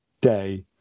day